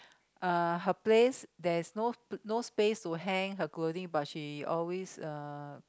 uh her place there's no no space to hang her clothing but she always uh